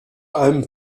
allem